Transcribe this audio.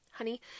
honey